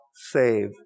save